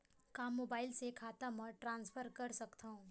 का मोबाइल से खाता म ट्रान्सफर कर सकथव?